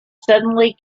suddenly